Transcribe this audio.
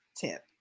tip